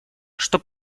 что